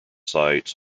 sites